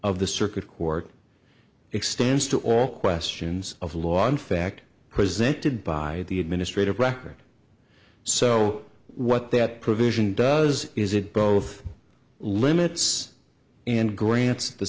of the circuit court extends to all questions of law in fact presented by the administrative record so what that provision does is it both limits and grants the